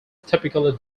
typically